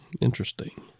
Interesting